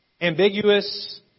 ambiguous